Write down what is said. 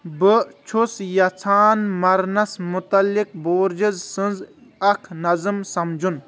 بہٕ چھُس یژھان مرنس مُطلق بورجزسٕنزۍ اکھ نظم سمجُن